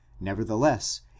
nevertheless